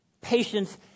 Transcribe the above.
Patience